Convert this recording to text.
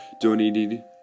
donating